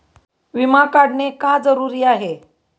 विमा काढणे का जरुरी आहे?